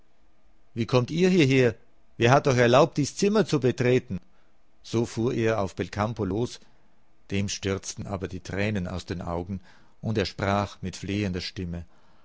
wie kommt ihr hieher wer hat euch erlaubt dies zimmer zu betreten so fuhr er auf belcampo los dem stürzten aber die tränen aus den augen und er sprach mit flehender stimme